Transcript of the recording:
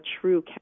true